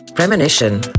Premonition